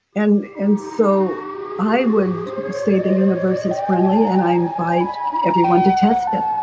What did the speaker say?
and and so i would say the universe is friendly and i invite everyone to test it